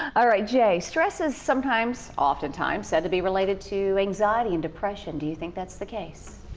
all right. jay, stress is sometimes, oftentimes, said to be related to anxiety and depression. do you think that's the case?